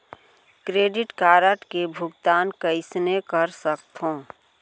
Credit card के भुगतान कईसने कर सकथो?